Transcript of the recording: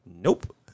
nope